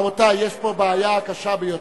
רבותי, יש פה בעיה קשה ביותר.